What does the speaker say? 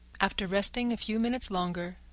after resting a few minutes longer,